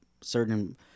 certain